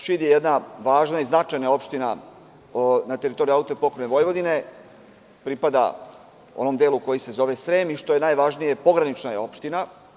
Šid je jedna važna i značajna opština na teritoriji AP Vojvodine, pripada onom delu koji se zove Srem i, što je najvažnije, pogranična je opština.